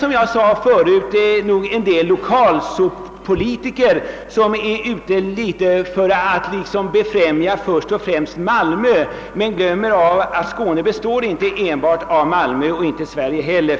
Som jag tidigare sagt är vissa lokalpolitiker ute efter att enbart befrämja Malmös intressen, men de glömmer att Skåne inte bara består av Malmö.